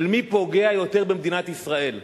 של מי פוגע יותר במדינת ישראל,